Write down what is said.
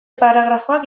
paragrafoak